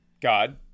God